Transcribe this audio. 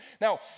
Now